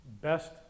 best